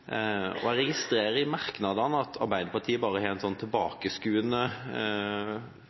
menneskehandel. Jeg registrerer i merknadene at Arbeiderpartiet bare har en tilbakeskuende